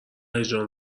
هیجان